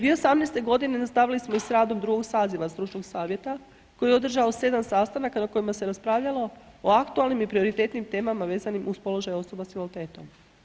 2018. godine nastavili smo i radom drugog saziva stručnog savjeta koji je održao 7 sastanaka na kojima se raspravljalo o aktualnim i prioritetnim temama vezanim uz položaj osoba s invaliditetom.